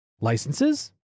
Licenses